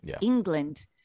England